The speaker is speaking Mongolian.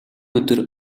өдөр